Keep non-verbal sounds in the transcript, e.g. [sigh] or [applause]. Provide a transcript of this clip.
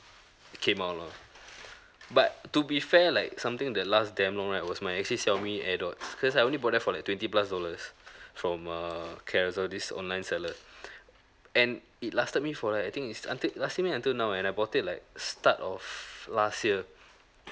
came out lor but to be fair like something that last damn long right was my existing xiaomi airdots cause I only bought that for like twenty plus dollars from err carousell this online seller [breath] and it lasted me for like I think it's until lasted me until now and I bought it like start of last year